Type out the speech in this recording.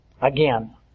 Again